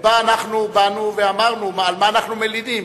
ובאנו ואמרנו על מה אנחנו מלינים.